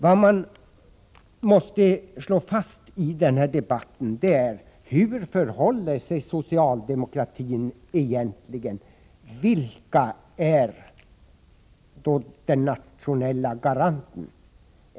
Vad man måste slå fast i denna debatt är hur det förhåller sig inom socialdemokratin egentligen. Vilka utgör den nationella garanten?